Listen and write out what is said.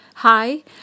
Hi